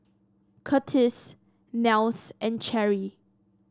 Curtis Nels and Cherry